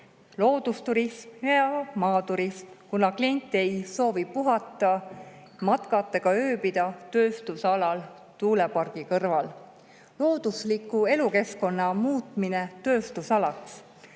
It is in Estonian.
loodusturism ja maaturism, kuna klient ei soovi puhata, matkata ega ööbida tööstusalal tuulepargi kõrval. Loodusliku elukeskkonna muutmine tööstusalaks.